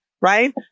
right